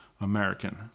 American